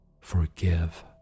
forgive